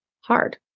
hard